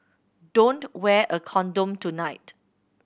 don't wear a condom tonight